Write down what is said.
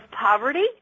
poverty